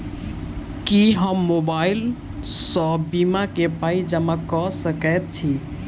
की हम मोबाइल सअ बीमा केँ पाई जमा कऽ सकैत छी?